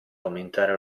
aumentare